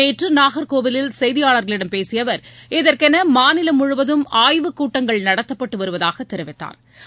நேற்று நாகர்கோவிலில் செய்தியாளர்களிடம் பேசிய அவர் இதற்கென மாநிலம் முழுவதும் ஆய்வுக்கூட்டங்கள் நடத்தப்பட்டு வருவதாக தெரிவித்தாா்